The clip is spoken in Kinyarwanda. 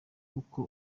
uko